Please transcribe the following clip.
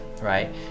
right